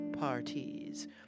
parties